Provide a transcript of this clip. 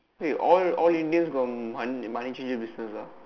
wait all all Indian's got money money changer business ah